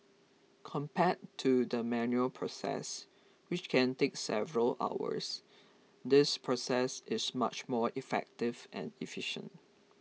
compared to the manual process which can take several hours this process is much more effective and efficient